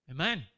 Amen